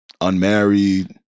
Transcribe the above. unmarried